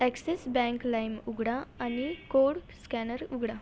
axis bank Lime उघडा आणि code scanner उघडा